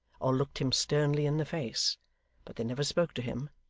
or looked him sternly in the face but they never spoke to him,